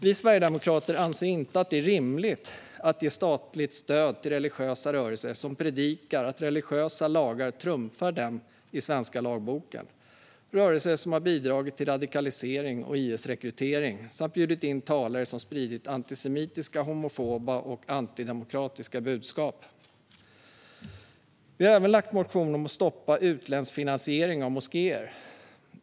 Vi sverigedemokrater anser inte att det är rimligt att ge statligt stöd till religiösa rörelser som predikar att religiösa lagar övertrumfar lagarna i den svenska lagboken. Det handlar om rörelser som har bidragit till radikalisering och IS-rekrytering och bjudit in talare som spridit antisemitiska, homofoba och antidemokratiska budskap. Vi har även motionerat om att stoppa utländsk finansiering av moskéer.